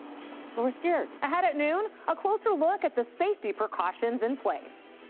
so we're scared. ahead at noon a closer look at the safety precautions in place.